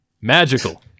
Magical